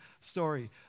story